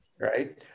Right